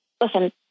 listen